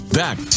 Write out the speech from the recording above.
back